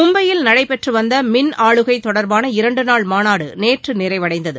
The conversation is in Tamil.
மும்பையில் நடைபெற்று வந்த மின் ஆளுகை தொடர்பான இரண்டுநாள் மாநாடு நேற்று நிறைவடைந்தது